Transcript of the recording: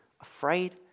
afraid